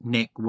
Nick